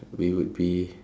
we would be